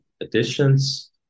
additions